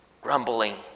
grumbling